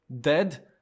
Dead